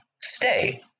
stay